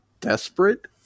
desperate